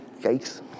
Yikes